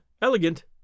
elegant